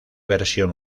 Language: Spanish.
versión